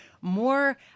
more